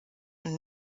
und